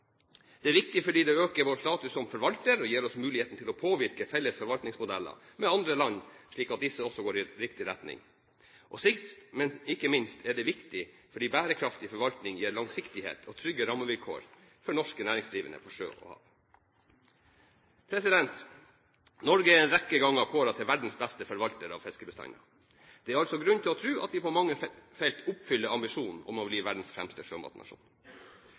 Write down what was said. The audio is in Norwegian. det er viktig fordi det øker vår status som forvalter og gir oss muligheten til å påvirke felles forvaltningsmodeller med andre land slik at disse også går i riktig retning, og sist, men ikke minst er det viktig fordi bærekraftig forvaltning gir langsiktighet og trygge rammevilkår for norske næringsdrivende på sjø og land. Norge er en rekke ganger kåret til verdens beste forvalter av fiskebestander. Det er altså grunn til å tro at vi på mange felt oppfyller ambisjonen om å bli verdens fremste sjømatnasjon.